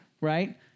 Right